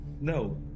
No